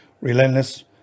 Relentless